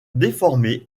déformés